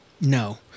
No